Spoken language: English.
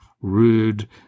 rude